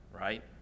right